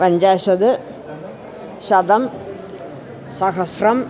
पञ्चाशत् शतं सहस्रम्